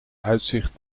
uitzicht